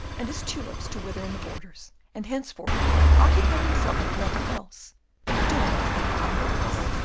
and his tulips to wither in the borders and henceforward occupied himself with nothing else but the doings at van baerle's.